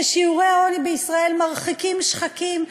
וכששיעורי העוני בישראל מרחיקים שחקים,